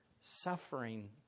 Suffering